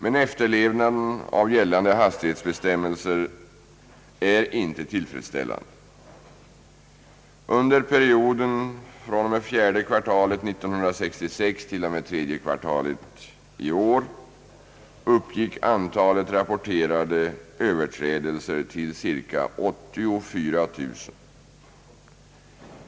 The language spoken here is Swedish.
Efterlevnaden av gällande hastighetsbegränsningar är inte tillfredsställande. Under perioden fjärde kvartalet 1966 till tredje kvartalet 1967 uppgick antalet rapporterade överträdelser till ca 84000.